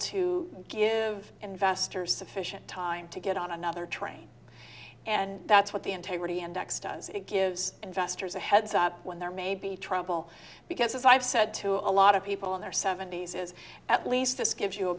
to give investors sufficient time to get on another train and that's what the integrity index does it gives investors a heads up when there may be trouble because as i've said to a lot of people in their seventy's is at least this gives you a